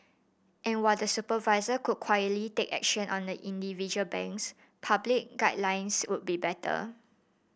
and while the supervisor could quietly take action on the individual banks public guidelines would be better